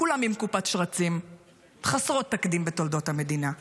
כולם עם קופת שרצים חסרות תקדים בתולדות המדינה.